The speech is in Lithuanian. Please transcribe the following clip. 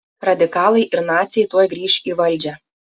radikalai ir naciai tuoj grįš į valdžią